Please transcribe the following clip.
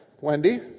Wendy